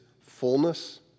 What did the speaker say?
fullness